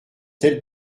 telle